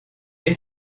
est